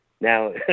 Now